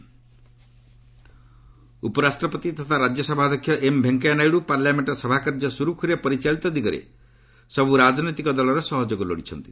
ନାଇଡୁ ରାଜ୍ୟସଭା ଉପରାଷ୍ଟ୍ରପତି ତଥା ରାଜ୍ୟସଭା ଅଧ୍ୟକ୍ଷ ଏମ୍ ଭେଙ୍କୟା ନାଇଡୁ ପାର୍ଲାମେଣ୍ଟର ସଭା କାର୍ଯ୍ୟ ସୁରୁଖୁରୁରେ ପରିଚାଳିତ ଦିଗରେ ସବୁ ରାଜନୈତିକ ଦଳର ସହଯୋଗ ଲୋଡ଼ିଛନ୍ତି